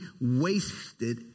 wasted